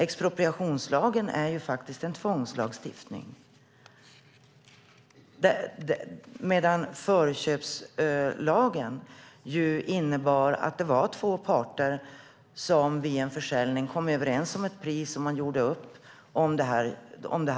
Expropriationslagen är faktiskt en tvångslagstiftning, medan förköpslagen innebar att det var två parter som vid en försäljning kom överens om ett pris och att man gjorde upp om detta köp.